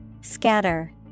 Scatter